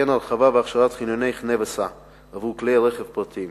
וכן הרחבה והכשרה של חניוני ה"חנה וסע" עבור כלי רכב פרטיים.